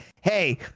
Hey